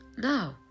Now